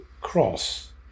cross